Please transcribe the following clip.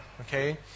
okay